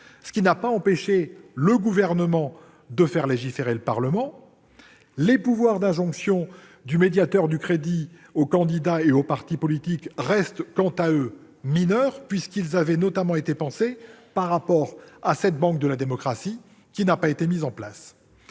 ce qui n'a pas empêché le Gouvernement de faire légiférer le Parlement en la matière. Les pouvoirs d'injonction du médiateur du crédit aux candidats et aux partis politiques restent, quant à eux, mineurs puisqu'ils avaient notamment été pensés par rapport à cette banque de la démocratie qui n'a pas été mise en place.